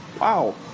wow